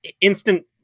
instant